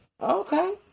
okay